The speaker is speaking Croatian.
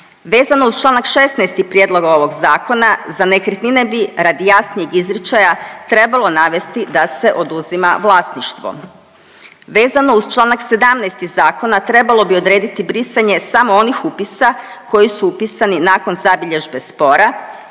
Vezano uz Članak 16. prijedloga ovog zakona za nekretnine bi radi jasnijeg izričaja trebalo navesti da se oduzima vlasništvo. Vezano uz Članak 17. zakon trebalo bi odrediti brisanje samo onih upisa koji su upisani nakon zabilježbe spora